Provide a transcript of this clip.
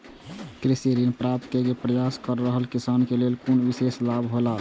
कृषि ऋण प्राप्त करे के प्रयास कर रहल किसान के लेल कुनु विशेष लाभ हौला?